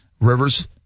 Rivers